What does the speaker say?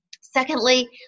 Secondly